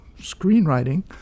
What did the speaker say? screenwriting